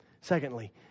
Secondly